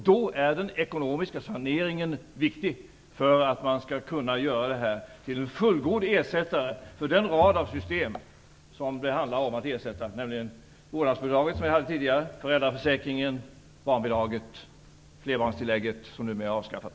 Då är den ekonomiska saneringen viktig, för att man skall kunna göra det här till en fullgod ersättare för den rad av system som det handlar om att ersätta, nämligen vårdnadsbidraget, som vi hade tidigare, föräldraförsäkringen, barnbidraget och flerbarnstillägget, som numera är avskaffat.